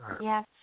Yes